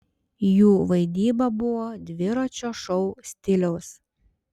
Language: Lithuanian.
jų vaidyba buvo dviračio šou stiliaus